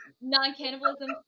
non-cannibalism